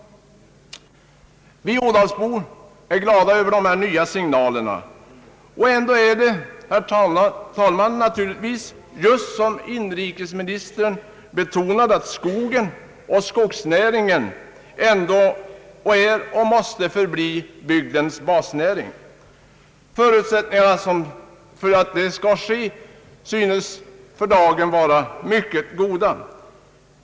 Vi Adalsbor är glada för dessa nya signaler, och ändå är det, herr talman, naturligtvis just såsom inrikesministern betonade att skogen och skogsnäringen är och måste förbli bygdens basnäring. Förutsättningarna för detta synes för dagen vara mycket goda.